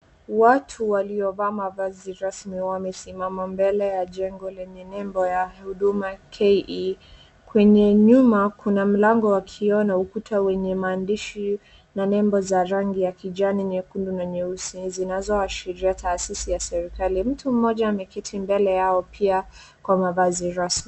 Watu waliovaa mavazi rasimi wamesimama mbele ya jengo lenye nembo ya huduma KE. Kwenye nyuma kuna mlango wa kioo na ukuta wenye maandishi na nembo za rangi ya kijani nyekundu na nyeusi zinazoashiria taasisi ya serikali. Mtu mmoja ameketi mbele yao pia kwa mavazi rasmi.